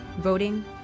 voting